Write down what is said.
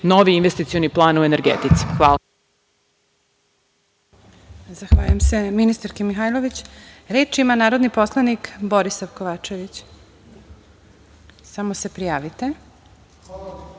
novi investicioni plan o energetici. Hvala.